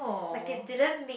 like it didn't make